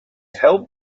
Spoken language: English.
helped